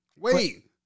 Wait